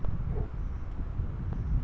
Hybrid বীজ বলতে কী বোঝায়?